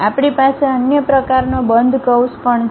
આપણી પાસે અન્ય પ્રકારનો બંધ કર્વ્સ પણ છે